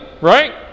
right